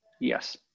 Yes